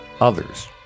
others